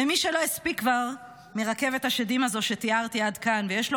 למי שלא הספיקה כבר רכבת השדים הזו שתיארתי עד כאן ויש לו